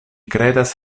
kredas